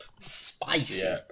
spicy